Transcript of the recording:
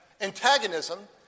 antagonism